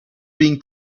being